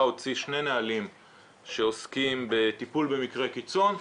הוציא שני נהלים שעוסקים בטיפול במקרי קיצון,